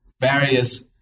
various